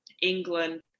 England